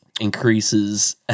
increases